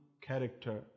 character